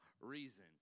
reason